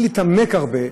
בלי להתעמק הרבה,